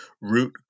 root